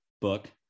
book